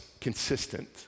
consistent